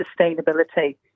sustainability